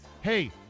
Hey